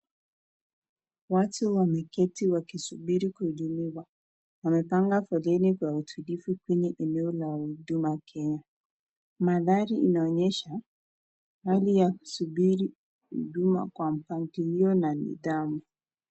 Watu wameketi wakisubiri kuhudumiwa. Wamepanga foleni kwa utulivu kwenye eneo la Huduma Kenya. Mandhari inaonyesha, hali ya kusubiri huduma kwa mpangilio na nidhamu.